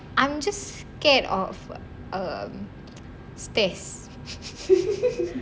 I'm just scared of um stairs tsk tsk tsk